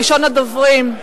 ראשון הדוברים,